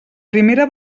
primera